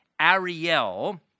Ariel